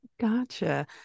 Gotcha